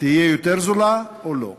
היא תהיה יותר זולה, או לא?